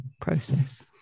process